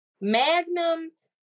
Magnums